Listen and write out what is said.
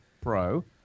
pro